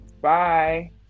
Bye